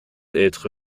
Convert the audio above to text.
être